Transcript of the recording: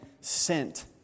SENT